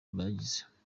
bagize